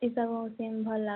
ଏସବୁ ସିନ ଭଲ ଲା